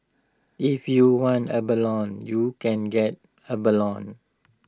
if you want abalone you can get abalone